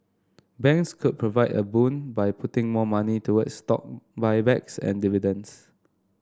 banks could provide a boon by putting more money toward stock buybacks and dividends